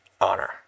honor